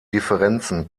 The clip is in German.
differenzen